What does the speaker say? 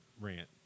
rant